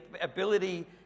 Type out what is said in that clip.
ability